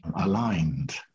aligned